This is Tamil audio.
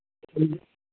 சொல்லுங்கள்